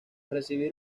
recibir